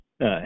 right